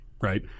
right